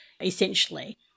essentially